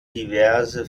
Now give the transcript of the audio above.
diverse